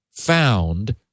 found